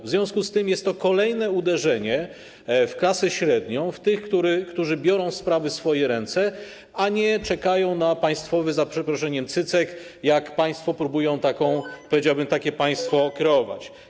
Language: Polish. W związku z tym jest to kolejne uderzenie w klasę średnią, w tych, którzy biorą sprawy w swoje ręce, a nie czekają na państwowy, za przeproszeniem, cycek, jak państwo próbują, powiedziałbym, takie państwo kreować.